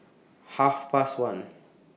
Half Past one